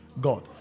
God